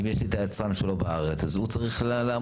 אם יש לי את היצרן שלו בארץ אז הוא צריך לעמוד